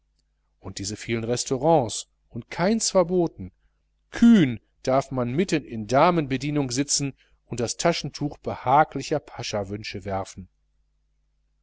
und diese vielen restaurants und keins verboten kühn darf man mitten in damenbedienung sitzen und das taschentuch behaglicher paschahwünsche werfen